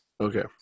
Okay